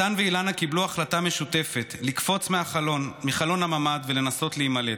מתן ואילנה קיבלו החלטה משותפת לקפוץ מחלון הממ"ד ולנסות להימלט.